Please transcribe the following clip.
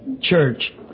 Church